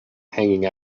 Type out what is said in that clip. hanging